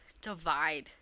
divide